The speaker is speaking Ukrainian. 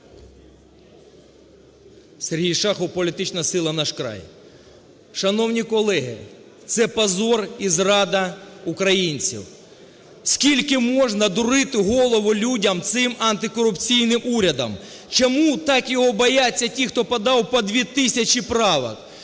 Сергій Шахов, політична сила "Наш край". Шановні колеги, це позор і зрада українців. Скільки можна дурити голову людям цим антикорупційним урядом? Чому так його бояться ті, хто подав по 2 тисячі правок?